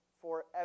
forever